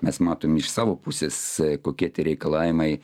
mes matom iš savo pusės kokie tie reikalavimai